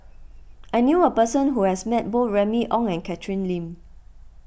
I knew a person who has met both Remy Ong and Catherine Lim